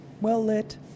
well-lit